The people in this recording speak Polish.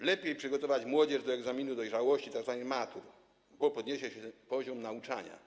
lepiej będzie się przygotowywać młodzież do egzaminu dojrzałości, tzw. matury, bo podniesie się poziom nauczania.